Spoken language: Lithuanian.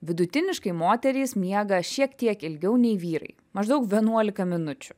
vidutiniškai moterys miega šiek tiek ilgiau nei vyrai maždaug vienuolika minučių